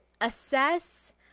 assess